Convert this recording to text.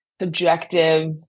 subjective